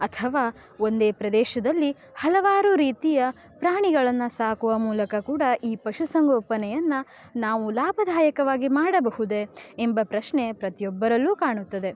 ಅಥವಾ ಒಂದೇ ಪ್ರದೇಶದಲ್ಲಿ ಹಲವಾರು ರೀತಿಯ ಪ್ರಾಣಿಗಳನ್ನು ಸಾಕುವ ಮೂಲಕ ಕೂಡ ಈ ಪಶುಸಂಗೋಪನೆಯನ್ನು ನಾವು ಲಾಭದಾಯಕವಾಗಿ ಮಾಡಬಹುದೇ ಎಂಬ ಪ್ರಶ್ನೆ ಪ್ರತಿಯೊಬ್ಬರಲ್ಲೂ ಕಾಣುತ್ತದೆ